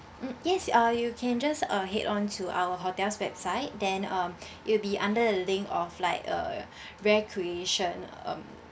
mm yes uh you can just uh head on to our hotel's website then um it'll be under a link of like a recreation um